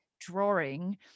drawing